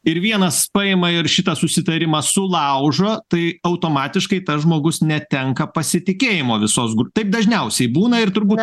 ir vienas paima ir šitą susitarimą sulaužo tai automatiškai tas žmogus netenka pasitikėjimo visos taip dažniausiai būna ir turbūt